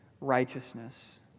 righteousness